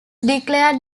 declared